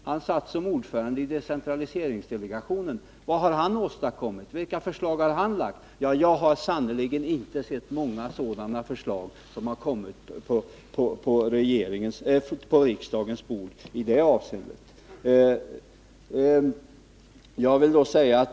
Han satt som ordförande i decentraliseringsdelegationen. Vad har han åstadkommit? Vilka förslag har han lagt fram? Jag har sannerligen inte sett många förslag på det området som har lagts på riksdagens bord.